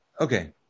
okay